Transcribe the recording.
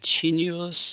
continuous